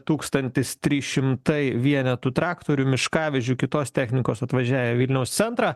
tūkstantis trys šimtai vienetų traktorių miškavežių kitos technikos atvažiavę vilniaus centrą